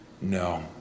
No